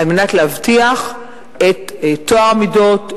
על מנת להבטיח את טוהר המידות,